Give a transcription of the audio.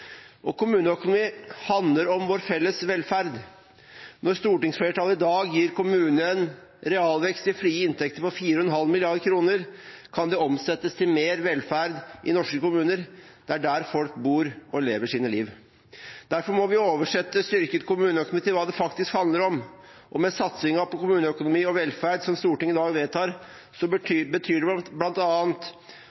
Kommuneøkonomi handler om vår felles velferd. Når stortingsflertallet i dag gir kommunene en realvekst i frie inntekter på 4,5 mrd. kr, kan det omsettes til mer velferd i norske kommuner. Det er der folk bor og lever sine liv. Derfor må vi oversette styrket kommuneøkonomi til hva det faktisk handler om, og satsingen på kommuneøkonomi og velferd som Stortinget i dag vedtar,